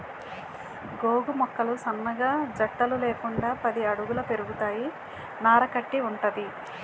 గోగు మొక్కలు సన్నగా జట్టలు లేకుండా పది అడుగుల పెరుగుతాయి నార కట్టి వుంటది